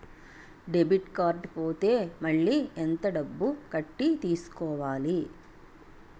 Debit card పోతే మళ్ళీ ఎంత డబ్బు కట్టి తీసుకోవాలి?